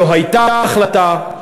לא הייתה החלטה,